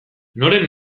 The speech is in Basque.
noren